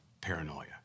paranoia